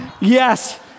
Yes